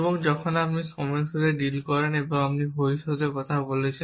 এবং যখন আপনি সময়ের সাথে ডিল করেন এবং আপনি ভবিষ্যতের কথা বলছেন